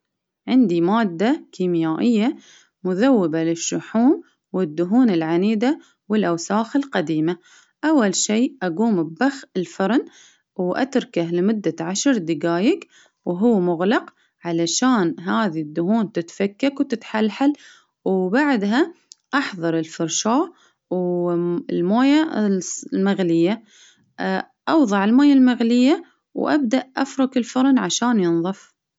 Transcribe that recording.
عندي مادة كيميائية مذوبة للشحوم والدهون العنيدة ،والأوساخ القديمة، أول شي أقوم بظخ الفرن ،وأتركه لمدة عشر دقايق وهو مغلق، علشان هذي الدهون تتفكك وتتحلحل، أحظر الفرشاة الموية المغلية أوظع الموية المغلية، وأبدأ أفرك الفرن عشان ينظف.